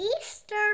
Easter